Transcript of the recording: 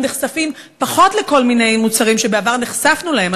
נחשפים פחות לכל מיני מוצרים שבעבר נחשפנו להם,